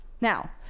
now